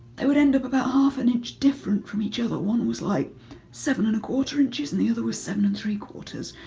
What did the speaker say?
they would end up about half an inch different from each other. one was like seven and a quarter inches. and the other was seven and three quarters.